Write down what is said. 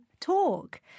Talk